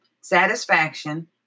satisfaction